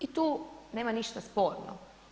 I tu nema ništa sporno.